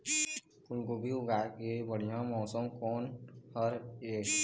फूलगोभी उगाए के बढ़िया मौसम कोन हर ये?